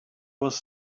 was